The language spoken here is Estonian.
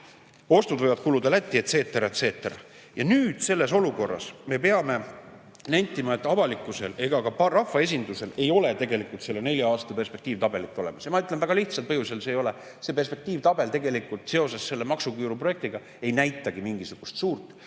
Ostud võivad kuluda Lättiet cetera et cetera. Selles olukorras me peame nentima, et avalikkusel ega ka rahvaesindusel ei ole tegelikult nelja aasta perspektiivitabelit olemas. Ja ma ütlen, et väga lihtsal põhjusel seda ei ole. See perspektiivitabel seoses selle maksuküüru projektiga tegelikult ei näitagi mingisugust suurt